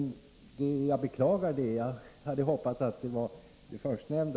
Jag beklagar det. Jag hade hoppats att det var det förstnämnda.